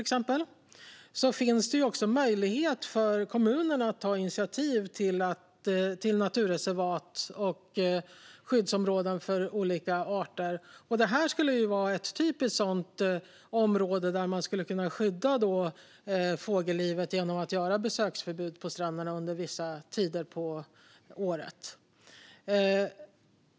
Det finns möjlighet för kommunerna att ta initiativ till naturreservat och skyddsområden för olika arter. Det här skulle vara ett typiskt sådant område där man skulle kunna skydda fågellivet genom besöksförbud på stränderna vissa tider på året.